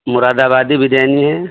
مرادآبادی بریانی ہے